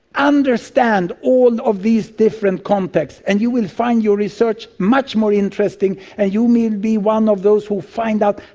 understand all of these different contexts and you will find your research much more interesting and you may be one of those who finds out,